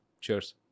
Cheers